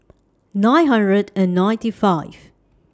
nine hundred and ninety five